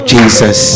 Jesus